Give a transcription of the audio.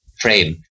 frame